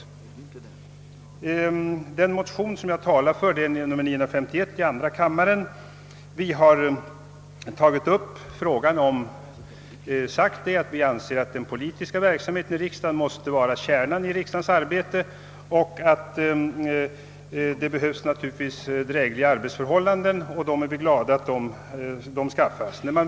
I den motion jag talar för, II:951, har vi framhållit att den politiska verksamheten i riksdagen måste vara kärnan i riksdagens arbete och att det naturligtvis behövs drägliga arbetsförhållanden. Vi är glada att sådana åstadkommes.